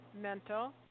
mental